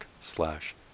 slash